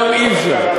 היום אי-אפשר.